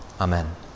Amen